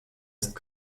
ist